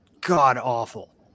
god-awful